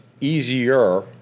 easier